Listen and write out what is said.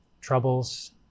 troubles